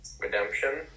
Redemption